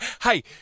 Hey